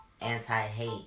anti-hate